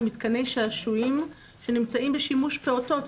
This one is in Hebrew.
מתקני שעשועים שנמצאים בשימוש פעוטות,